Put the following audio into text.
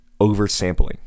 oversampling